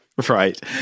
Right